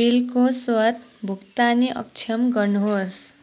बिलको स्वत भुक्तानी अक्षम गर्नुहोस्